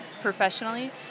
professionally